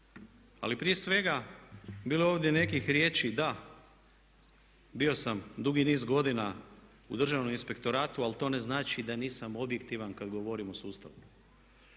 Ali prije svega bilo je ovdje nekih riječi da, bio sam dugi niz godina u Državnom inspektoratu ali to ne znači da nisam objektivan kad govorim o sustavu.